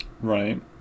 right